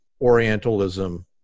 Orientalism